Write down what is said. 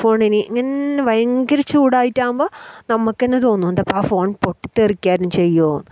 ഫോണിന് ഇങ്ങനെ ഭയങ്കര ചൂടായിട്ടാവുമ്പം നമുക്ക് തന്നെ തോന്നും എന്താപ്പാ ആ ഫോൺ പൊട്ടിത്തെറിക്കാനും ചെയ്യുമോ